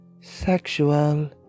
sexual